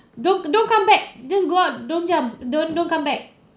don't don't come back just go out don't jump don't don't come back